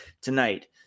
tonight